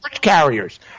carriers